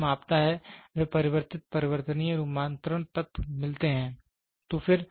जो भी यह मापता है वह परिवर्तित परिवर्तनीय रुपांतरण तत्व मिलते हैं